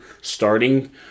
starting